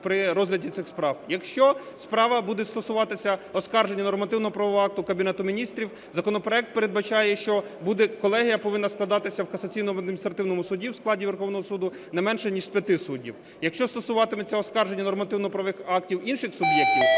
при розгляді цих справ. Якщо справа буде стосуватися оскарження нормативно-правового акта Кабінету Міністрів, законопроект передбачає, що буде... колегія повинна складатися в касаційному, в адміністративному суді в складі Верховного Суду не менше ніж з п'яти суддів. Якщо стосуватиметься оскарження нормативно-правових актів інших суб'єктів